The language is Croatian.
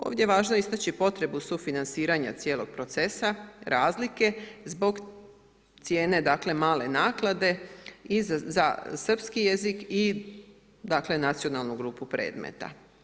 Ovdje je važno istaći potrebu sufinanciranja cijelog procesa, razlike zbog cijene dakle male naklade i za srpski jezik i dakle nacionalnu grupu predmeta.